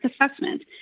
assessment